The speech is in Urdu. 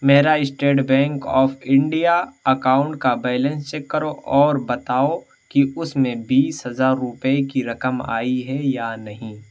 میرا State Bank of India account کا بیلنس چیک کرو اور بتاؤ کہ اس میں بیس ہزار روپئے کی رقم آئی ہے یا نہیں